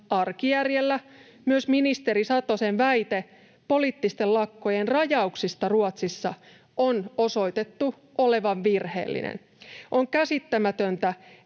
arkijärjellä. Myös ministeri Satosen väite poliittisten lakkojen rajauksista Ruotsissa on osoitettu olevan virheellinen. On käsittämätöntä,